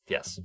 Yes